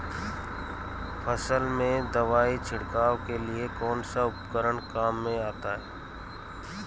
फसल में दवाई छिड़काव के लिए कौनसा उपकरण काम में आता है?